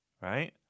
right